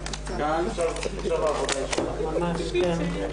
10:21.